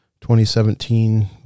2017